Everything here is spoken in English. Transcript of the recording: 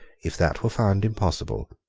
if that were found impossible,